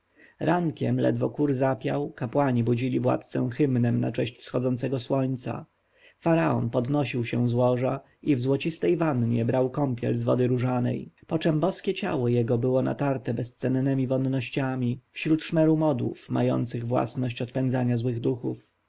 rankiem ledwo kur zapiał kapłani budzili władcę hymnem na cześć wschodzącego słońca faraon podnosił się z łoża i w złocistej wannie brał kąpiel z wody różanej poczem boskie ciało jego było natarte bezcennemi wonnościami wśród szmeru modłów mających własność odpędzania złych duchów